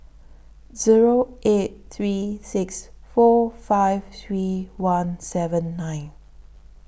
Zero eight three six four five three one seven nine